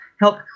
help